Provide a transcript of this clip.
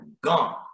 gone